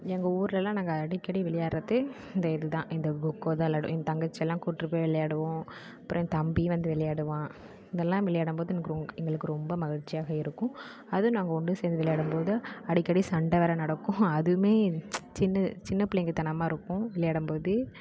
எங்கள் ஊரெலலாம் நாங்கள் அடிக்கடி விளையாடுறது இந்த இதுதான் இந்த கொக்கோதான் விளையாடுவோம் எங்கள் தங்கச்சியெல்லாம் கூட்டுப்போய் விளையாடுவோம் அப்புறம் என் தம்பி வந்து விளையாடுவான் இதெல்லாம் விளையாடும் போது எனக்கு ரொம் எங்களுக்கு ரொம்ப மகிழ்ச்சியாக இருக்கும் அதுவும் நாங்கள் ஒன்று சேர்ந்து விளையாடும்போது அடிக்கடி சண்டை வேறு நடக்கும் அதுவுமே சின்ன சின்ன பிள்ளைங்க தனமாக இருக்கும் விளையாடும் போது